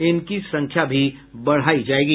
इनकी संख्या भी बढ़ायी जायेगी